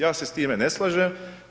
Ja se s time ne slažem.